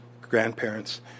grandparents